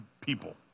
people